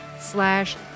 slash